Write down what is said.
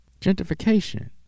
gentrification